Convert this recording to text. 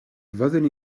fydden